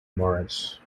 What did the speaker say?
morris